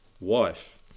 wife